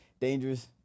dangerous